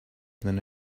than